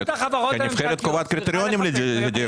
כי הנבחרת קובעת קריטריונים לדירקטורים.